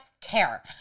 care